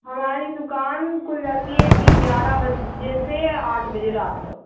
हमारी दुकान खुल जाती है भाई ग्यारह बजे से आठ बजे रात तक